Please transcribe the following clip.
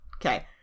Okay